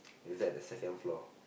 is at the second floor